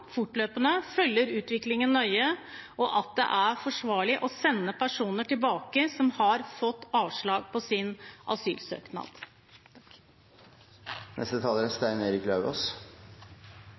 fortløpende og følger utviklingen nøye, og at det er forsvarlig å sende personer tilbake som har fått avslag på sin asylsøknad.